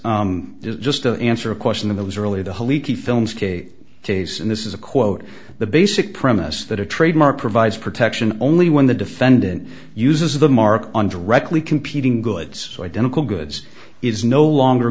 is just just an answer a question that was really the whole leaky films kate case and this is a quote the basic premise that a trademark provides protection only when the defendant uses the mark on directly competing goods identical goods is no longer